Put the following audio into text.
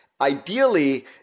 ideally